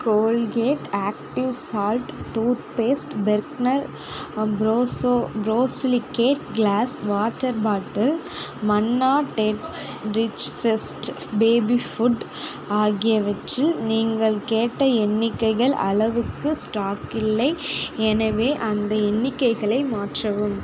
Colgate active salt toothpaste பெர்ட்னர் borosilicate glass water bottle Manna tex rich fresh baby food ஆகியவற்றில் நீங்கள் கேட்ட எண்ணிக்கைகள் அளவுக்கு ஸ்டாக் இல்லை எனவே அந்த எண்ணிக்கைகளை மாற்றவும்